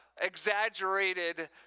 exaggerated